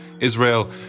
Israel